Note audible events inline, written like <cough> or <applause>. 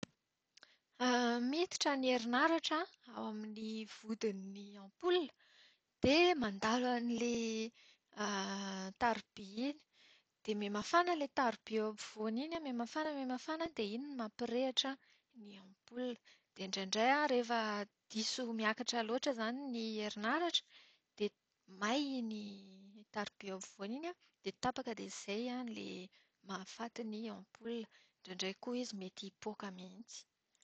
<hesitation> Miditra ny herinaratra ao amin'ny vodin'ny ampola, dia mandalo an'ilay <hesitation> taroby iny. Dia mihamafàna ilay taroby eo afodoany iny an, mihamafana mihamafana, dia iny no mampirehitra ny ampola. Dia indraindray an, rehefa diso miakatra loatra izany ny herinaratra, dia may iny taroby eo afovoany iny an, dia tapaka dia izay ilay mahafaty ny ampola. Indraindray koa izy mety hipoaka mihitsy.